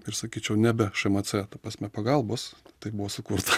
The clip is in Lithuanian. ir sakyčiau nebe šmc ta prasme pagalbos tai buvo sukurta